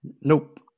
nope